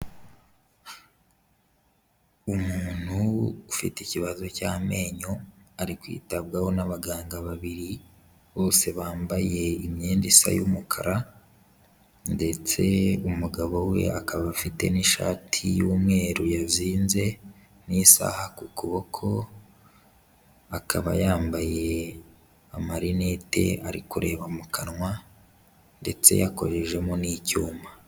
Umuntu ufite ikibazo cy'amenyo ari kwitabwaho n'abaganga babiri bose bambaye imyenda isa y'umukara ndetse umugabo we akaba afite n'ishati y'umweru yazinze n'isaha ku kuboko, akaba yambaye amarinete ari kureba mu kanwa ndetse yakojejemo n'icyuma.